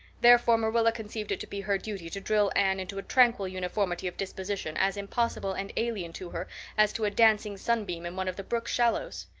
therefore marilla conceived it to be her duty to drill anne into a tranquil uniformity of disposition as impossible and alien to her as to a dancing sunbeam in one of the brook shallows.